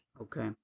Okay